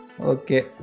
Okay